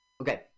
Okay